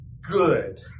good